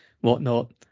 whatnot